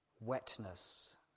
wetness